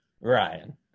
Ryan